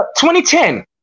2010